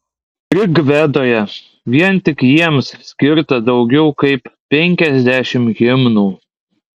rigvedoje vien tik jiems skirta daugiau kaip penkiasdešimt himnų